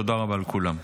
תודה רבה לכולם.